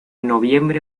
noviembre